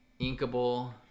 inkable